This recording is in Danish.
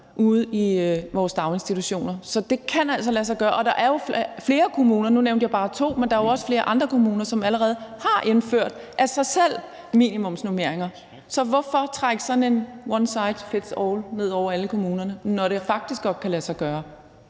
ude i vores daginstitutioner. Så det kan altså lade sig gøre, og der er jo flere kommuner – nu nævnte jeg bare to, men der er også flere andre kommuner – som allerede har indført minimumsnormeringer af sig selv. Så hvorfor trække sådan en one size fits all ned over alle kommunerne, når det faktisk godt kan lade sig gøre